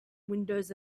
windows